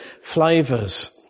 flavors